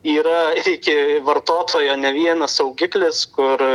yra iki vartotojo ne vienas saugiklis kur